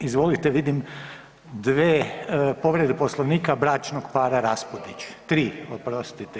Izvolite vidim dve povrede Poslovnika bračnog para Raspudić, tri oprostite.